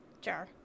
jar